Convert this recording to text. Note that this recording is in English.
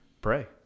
pray